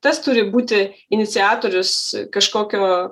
tas turi būti iniciatorius kažkokio